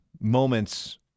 moments